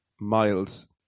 miles